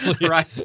Right